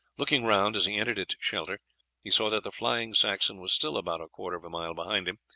looking round as he entered its shelter he saw that the flying saxon was still about a quarter of a mile behind him,